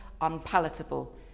unpalatable